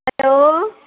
hello